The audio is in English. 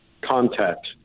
contact